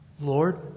Lord